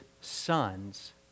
sons